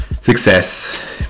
success